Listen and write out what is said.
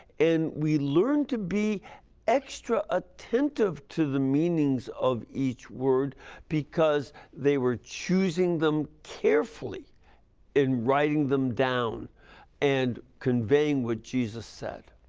and we learn to be extra attentive to the meanings of each word because they were choosing them carefully and writing them down and conveying what jesus said.